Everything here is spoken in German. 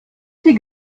sie